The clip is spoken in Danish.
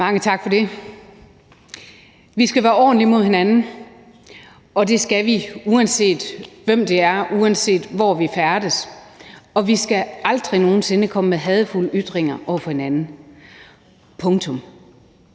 Mange tak for det. Vi skal være ordentlige mod hinanden, og det skal vi, uanset hvem det er, uanset hvor vi færdes, og vi skal aldrig nogen sinde komme med hadefulde ytringer over for hinanden – punktum!